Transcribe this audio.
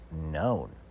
known